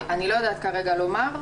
אני לא יודעת כרגע לומר.